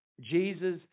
Jesus